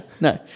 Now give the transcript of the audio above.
no